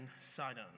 Sidon